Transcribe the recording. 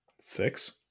Six